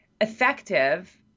effective